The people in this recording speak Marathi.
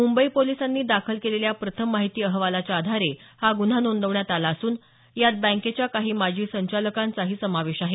मुंबई पोलिसांनी दाखल केलेल्या प्रथम माहिती अहवालाच्या आधारे हा गुन्हा नोंदवण्यात आला असून यात बँकेच्या काही माजी संचालकांचाही समावेश आहे